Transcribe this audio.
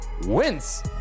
wins